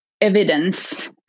evidence